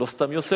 לא סתם יוספוס,